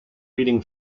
reading